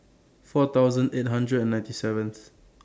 four thousand eight hundred and ninety seventh